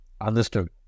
Understood